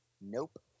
NOPE